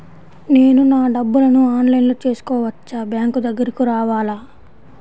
నేను నా డబ్బులను ఆన్లైన్లో చేసుకోవచ్చా? బ్యాంక్ దగ్గరకు రావాలా?